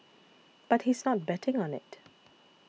but he's not betting on it